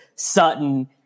Sutton